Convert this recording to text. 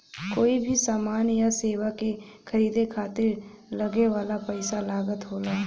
कोई भी समान या सेवा के खरीदे खातिर लगे वाला पइसा लागत होला